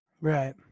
right